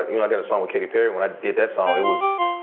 you know i got a song with katy perry. when i did that song it was,